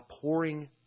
pouring